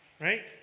right